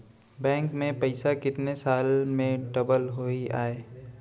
Bank में पइसा कितने साल में डबल होही आय?